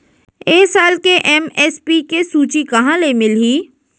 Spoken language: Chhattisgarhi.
ए साल के एम.एस.पी के सूची कहाँ ले मिलही?